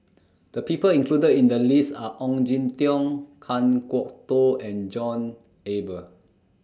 The People included in The list Are Ong Jin Teong Kan Kwok Toh and John Eber